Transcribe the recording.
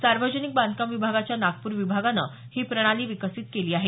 सार्वजनिक बांधकाम विभागाच्या नागपूर विभागानं ही प्रणाली विकसित केली आहे